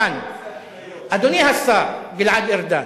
אדוני השר גלעד ארדן,